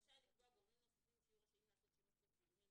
והוא רשאי לקבוע גורמים נוספים שיהיו רשאים לעשות שימוש בצילומים,